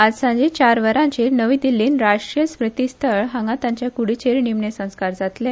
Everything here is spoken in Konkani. आज सांजे चार वरांचेर नवी दिल्लीत राष्ट्रीय स्मृती स्थळ हांगा त्यांच्या कडीचेर निमणे संस्कार जातले